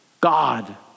God